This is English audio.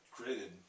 created